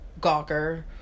gawker